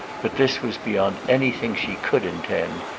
but this was beyond anything she could intend,